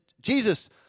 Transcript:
Jesus